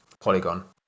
Polygon